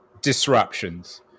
disruptions